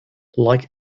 like